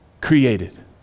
created